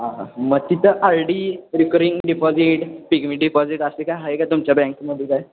हां मग तिथं आलडी रिकरिंग डिपॉजिट पिगवी डिपॉजिट असे काय आहे का तुमच्या बँकमध्ये काय